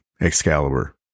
Excalibur